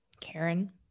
Karen